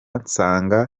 nsanga